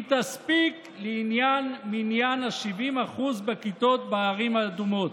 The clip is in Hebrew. תספיק לעניין מניין ה-70% בכיתות בערים האדומות,.